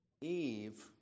Eve